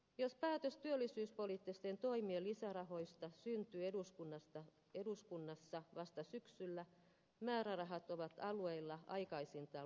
jos päätös työllisyyspoliittisten toimien lisärahoista syntyy eduskunnassa vasta syksyllä määrärahat ovat alueilla aikaisintaan lokakuussa